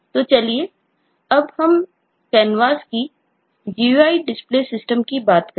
तो चलिए अब हम Canvas की GUI डिस्प्ले सिस्टम की बात करें